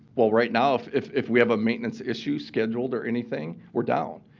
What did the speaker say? well, right now, if if we have a maintenance issue scheduled or anything, we're down.